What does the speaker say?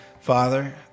Father